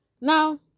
Now